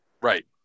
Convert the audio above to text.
Right